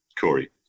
Corey